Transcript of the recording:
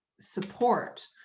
support